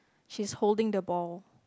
she's holding the ball